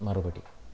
മറുപടി